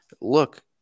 Look